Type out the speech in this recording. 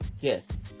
Yes